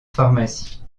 pharmacie